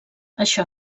això